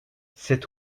cet